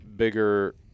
bigger